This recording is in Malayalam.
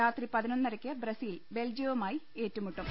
രാത്രി പതിനൊന്നരയ്ക്ക് ബ്രസീൽ ബെൽജിയവുമായി ഏറ്റുമുട്ടും